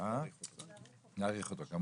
להאריך אותו.